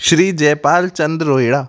Shri Jaipal Chandra Rohina